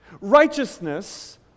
Righteousness